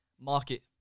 market